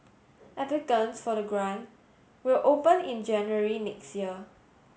applicants for the grant will open in January next year